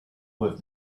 with